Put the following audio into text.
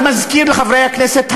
תגני על